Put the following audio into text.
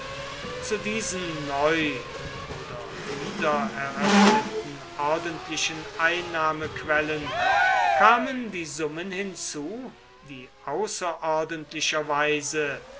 zu diesen neu oder wiedereröffneten ordentlichen einnahmequellen kamen die summen hinzu die außerordentlicherweise